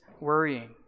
worrying